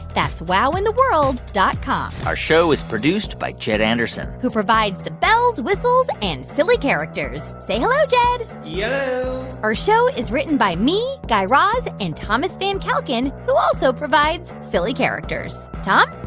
that's wowintheworld dot com our show is produced by jed anderson. who provides the bells, whistles and silly characters. say hello, jed yello yeah our show is written by me, guy raz and thomas van kalken, who also provides silly characters. tom?